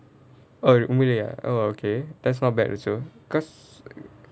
oh உண்மைலயே:unmaiyilayae oh okay that's not bad also because